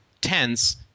tense